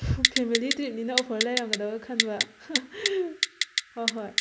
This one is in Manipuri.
ꯐꯦꯃꯤꯂꯤ ꯇ꯭ꯔꯤꯞꯅꯤꯅ ꯑꯣꯐꯔ ꯂꯩꯔꯝꯒꯕ ꯈꯟꯕ ꯍꯣ ꯍꯣꯏ